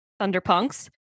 thunderpunks